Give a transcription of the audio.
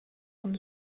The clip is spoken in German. von